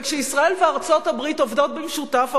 וכשישראל וארצות-הברית עובדות במשותף,